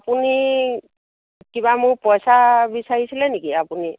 আপুনি কিবা মোৰ পইচা বিচাৰিছিলে নেকি আপুনি